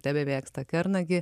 tebemėgsta kernagį